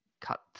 cut